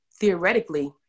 theoretically